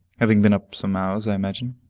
having been up some hours, i imagine.